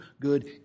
good